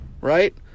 right